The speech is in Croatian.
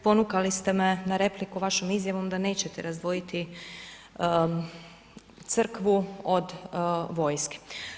Ponukali ste me na repliku vašom izjavom da nećete razdvojiti Crkvu od vojske.